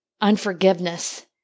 unforgiveness